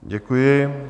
Děkuji.